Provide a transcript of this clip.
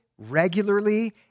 regularly